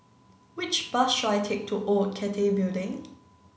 which bus should I take to Old Cathay Building